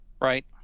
Right